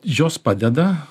jos padeda